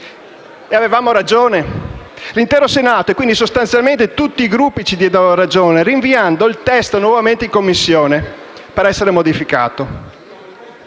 e avevamo ragione. L'intero Senato (cioè sostanzialmente tutti i Gruppi) ci diede ragione rinviando nuovamente il testo in Commissione per essere modificato.